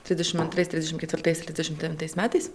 trisdešim antrais trisdešim ketvirtais ir trisdešim devintais metais